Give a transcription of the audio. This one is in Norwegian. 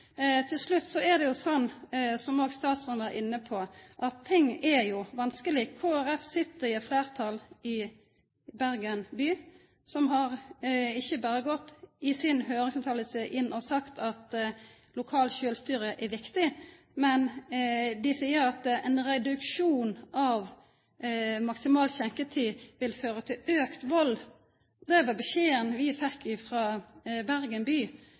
Til slutt er det sånn, som òg statsråden var inne på, at ting er vanskelege. Kristeleg Folkeparti sit i fleirtal i Bergen by, som ikkje berre har sagt i høyringsfråsegna si at lokalt sjølvstyre er viktig, men dei seier at ein reduksjon av maksimal skjenkjetid vil føra til auka vald. Det var beskjeden vi fekk frå Bergen by.